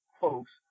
folks